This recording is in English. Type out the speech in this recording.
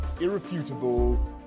irrefutable